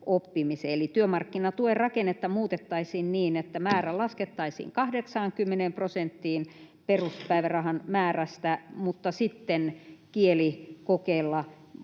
oppimiseen, eli työmarkkinatuen rakennetta muutettaisiin niin, että määrä laskettaisiin 80 prosenttiin peruspäivärahan määrästä mutta sitten kielikokeella